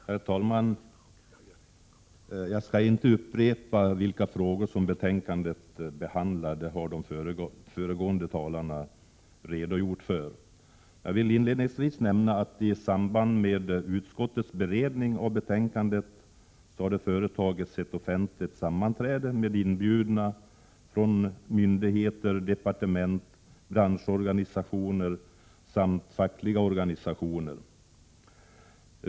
Herr talman! Jag skall inte upprepa vilka frågor som behandlas i betänkandet. De föregående talarna har redan redovisat det. Låt mig inledningsvis nämna att det i samband med utskottets beredning av betänkandet hölls ett offentligt sammanträde med inbjudna företrädare för myndigheter, departement, branschorganisationer och fackliga organisationer.